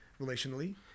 relationally